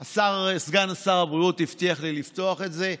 סגן שר הבריאות הבטיח לי לפתוח את זה.